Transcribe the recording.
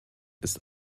ist